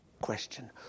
question